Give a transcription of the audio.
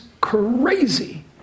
crazy